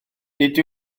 nid